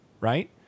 right